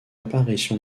apparition